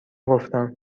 گفتم